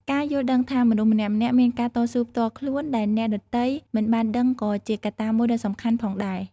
ការយល់ដឹងថា មនុស្សម្នាក់ៗមានការតស៊ូផ្ទាល់ខ្លួនដែលអ្នកដទៃមិនបានដឹងក៏ជាកត្តាមួយដ៏សំខាន់ផងដែរ។